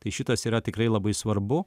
tai šitas yra tikrai labai svarbu